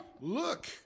look